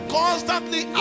constantly